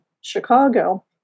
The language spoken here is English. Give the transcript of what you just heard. Chicago